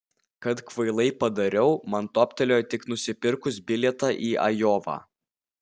kad kvailai padariau man toptelėjo tik nusipirkus bilietą į ajovą